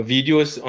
Video's